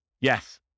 Yes